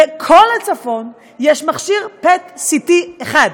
בכל הצפון יש מכשיר PET-CT אחד,